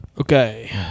Okay